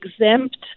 exempt